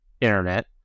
internet